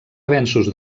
avenços